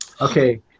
okay